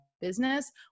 business